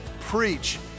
preach